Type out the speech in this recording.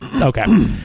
okay